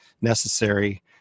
necessary